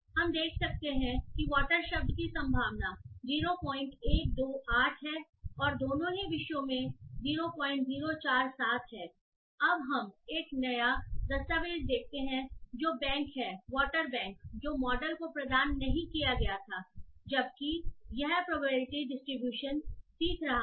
हम देख सकते हैं कि वॉटर शब्द की संभावना किसी भी टॉपिक में 0128 और 0047 है अब हम एक नया दस्तावेज़ देखते हैं जो बैंक है वॉटर बैंक जो मॉडल को प्रदान नहीं किया गया था जबकि यह प्रोबेबिलिटी डिस्ट्रीब्यूशन सीख रहा था